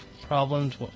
problems